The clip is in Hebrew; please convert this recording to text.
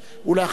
ואחריו,